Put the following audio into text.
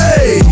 Hey